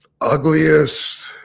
ugliest